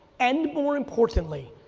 and more importantly,